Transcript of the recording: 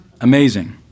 Amazing